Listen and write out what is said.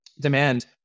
demand